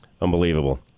Unbelievable